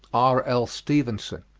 r l. stevenson.